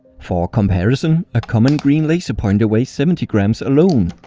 for comparison, a common green laser pointer weighs seventy grams alone.